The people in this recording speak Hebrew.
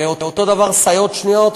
אותו הדבר, סייעות שניות.